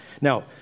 Now